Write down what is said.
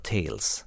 Tales